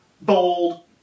bold